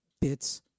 bits